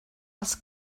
als